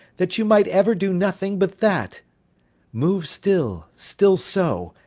that you might ever do nothing but that move still, still so,